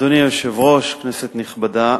אדוני היושב-ראש, כנסת נכבדה,